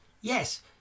Yes